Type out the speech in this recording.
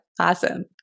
Awesome